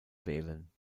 wählen